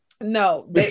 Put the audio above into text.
No